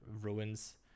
ruins